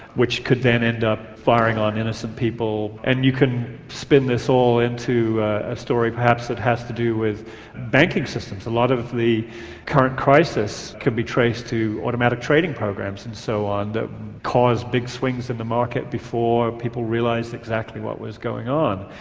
which could then end up firing on innocent people. and you can spin this all into a story perhaps that has to do with banking systems. a lot of the current crisis can be traced to automatic trading programs and so on that cause big swings in the market before people realised exactly what was going on.